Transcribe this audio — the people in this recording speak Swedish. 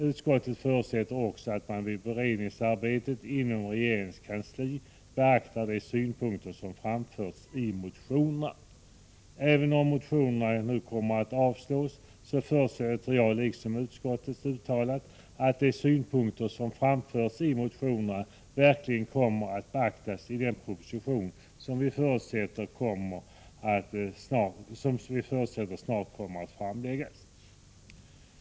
Utskottet förutsätter också att man vid beredningsarbetet inom regeringskansliet beaktar de synpunkter som framförs i motionerna. Även om motionerna nu kommer att avslås, utgår jag, liksom utskottet i Övrigt, från att de synpunkter som har framförts i motionerna verkligen kommer att beaktas i den proposition som vi förutsätter snart kommer att framläggas.